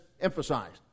emphasized